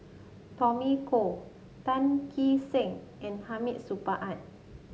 Tommy Koh Tan Kee Sek and Hamid Supaat